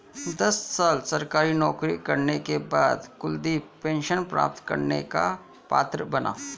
दस साल सरकारी नौकरी करने के बाद कुलदीप पेंशन प्राप्त करने का पात्र बना